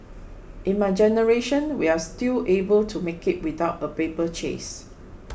in my generation we are still able to make it without a paper chase